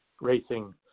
racing